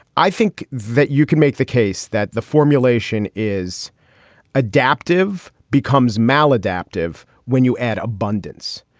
i think that you can make the case that the formulation is adaptive, becomes maladaptive when you add abundance.